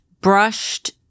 brushed